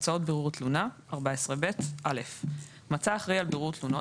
תוצאות בירור תלונה14ב.(א)מצא האחראי על בירור תלונות